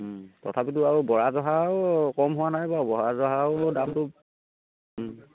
তথাপিতো আৰু বৰা জহাও কম হোৱা নাই বাৰু বৰা জহাও দামটো